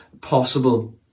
possible